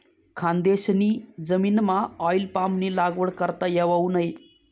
खानदेशनी जमीनमाऑईल पामनी लागवड करता येवावू नै